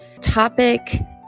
topic